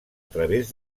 través